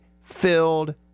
filled